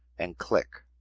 and click.